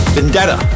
Vendetta